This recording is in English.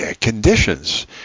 conditions